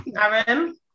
Aaron